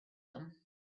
them